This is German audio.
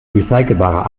recycelbarer